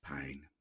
pain